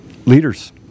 Leaders